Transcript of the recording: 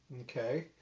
Okay